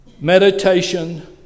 meditation